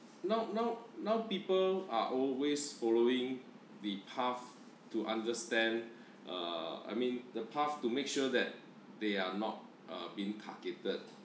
now now now people are always following the path to understand uh I mean the path to make sure that they are not uh being targeted